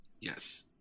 Yes